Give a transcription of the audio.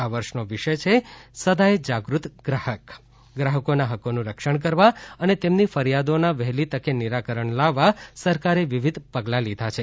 આ વર્ષનો વિષય છે સદાય સજાગ ગ્રાહક ગ્રાહકોના હકોનું રક્ષણ કરવા અને તેમની ફરિયાદોના વહેલી તકે નિરાકરણ લાવવા સરકારે વિવિધ પગલાં લીધા છે